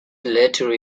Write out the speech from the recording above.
later